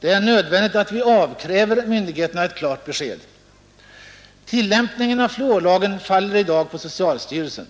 Det är nödvändigt att vi avkräver myndigheterna ett klart besked. Tillämpningen av fluorlagen faller i dag på socialstyrelsen.